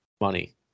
money